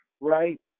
right